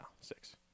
six